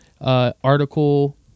article